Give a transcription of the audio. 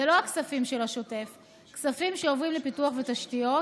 לא הכספים של השוטף אלא כספים שעוברים לפיתוח ותשתיות,